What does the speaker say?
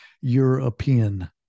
European